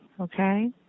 Okay